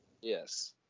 Yes